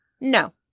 No